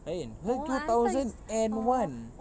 lain you two thousand and one